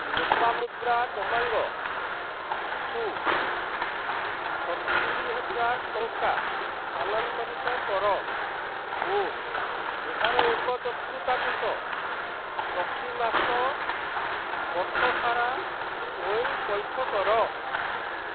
ଲୋପାମୁଦ୍ରା ଗମାଙ୍ଗଙ୍କୁ ସତୁରୀହଜାର ଟଙ୍କା ସ୍ଥାନାନ୍ତରିତ କର ଓ ଏହାର ଏକ ଚତୁର୍ଥାଂଶ ପ୍ରତିମାସ ବର୍ଷ ସାରା ସ୍ଵୟଂ ପଇଠ କର